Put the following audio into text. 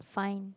fine